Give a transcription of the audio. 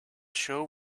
show